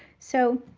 so,